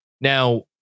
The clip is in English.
Now